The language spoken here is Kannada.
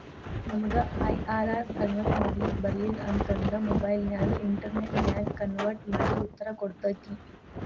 ನಮಗ ಐ.ಆರ್.ಆರ್ ಕನ್ವರ್ಟ್ ಮಾಡ್ಲಿಕ್ ಬರಲಿಲ್ಲ ಅಂತ ಅಂದ್ರ ಮೊಬೈಲ್ ನ್ಯಾಗ ಇನ್ಟೆರ್ನೆಟ್ ನ್ಯಾಗ ಕನ್ವರ್ಟ್ ಮಡಿ ಉತ್ತರ ಕೊಡ್ತತಿ